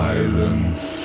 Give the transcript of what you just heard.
Silence